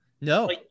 No